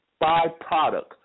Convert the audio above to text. byproduct